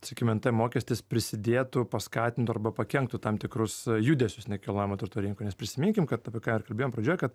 sakykim nt mokestis prisidėtų paskatintų arba pakenktų tam tikrus judesius nekilnojamo turto rinkoj nes prisiminkim kad apie ką ir kalbėjom pradžioj kad